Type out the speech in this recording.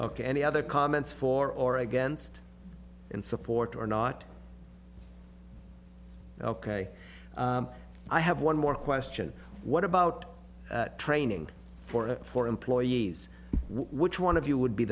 ok any other comments for or against and support or not ok i have one more question what about training for a for employees which one of you would be